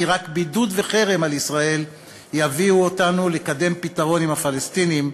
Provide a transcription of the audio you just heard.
רק בידוד וחרם על ישראל יביאו אותנו לקדם פתרון עם הפלסטינים.